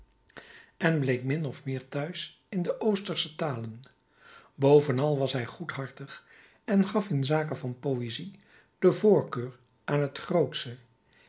en bleek min of meer thuis in de oostersche talen bovenal was hij goedhartig en gaf in zake van poëzie de voorkeur aan het